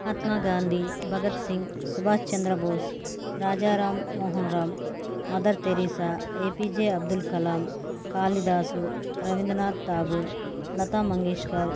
Mahatma Gandhi Bhagat Singh Subhash Chandra Bose Rajaram Mohan Roy mother Teresa APJ Abdul Kalam Kalidas Rabindranath Tagore Lata Mangeshkar